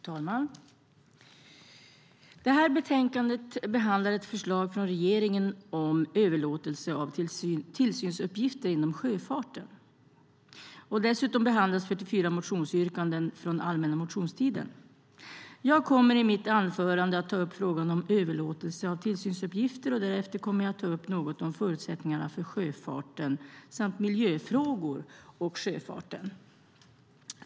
Fru talman! Det här betänkandet behandlar ett förslag från regeringen om överlåtelse av tillsynsuppgifter inom sjöfarten. Dessutom behandlas 44 motionsyrkanden från allmänna motionstiden. Jag kommer i mitt anförande att ta upp frågan om överlåtelse av tillsynsuppgifter. Därefter kommer jag att ta upp något om förutsättningarna för sjöfarten samt om miljöfrågor som gäller sjöfarten.